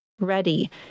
ready